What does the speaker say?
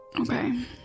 Okay